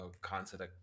concept